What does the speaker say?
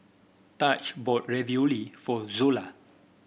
Taj bought Ravioli for Zola